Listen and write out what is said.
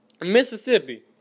Mississippi